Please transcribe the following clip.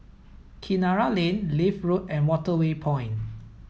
Kinara Lane Leith Road and Waterway Point